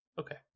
Okay